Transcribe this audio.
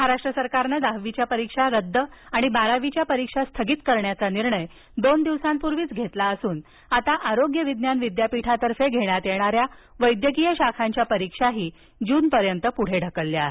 महाराष्ट्र सरकारनं दहावीच्या परीक्षा रद्द आणि बारावीच्या परीक्षा स्थगित करण्याचा निर्णय दोन दिवसांपूर्वीच घेतला असून आता आरोग्य विज्ञान विद्यापीठातर्फे घेण्यात येणाऱ्या वैद्यकीय शाखांच्या परीक्षा जूनपर्यंत पुढे ढकलल्या आहेत